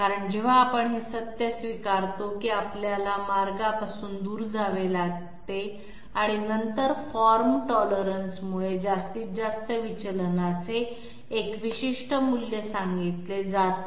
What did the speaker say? कारण जेव्हा आपण हे सत्य स्वीकारतो की आपल्याला मार्गापासून दूर जावे लागते आणि नंतर फॉर्म टॉलरन्स मुळे जास्तीत जास्त विचलनाचे एक विशिष्ट मूल्य सांगितले जाते